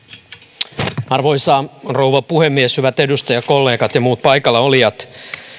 arvoisa rouva puhemies hyvät edustajakollegat ja muut paikallaolijat